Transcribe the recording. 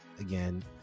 Again